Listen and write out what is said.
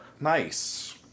Nice